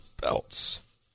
belts